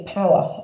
power